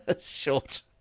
short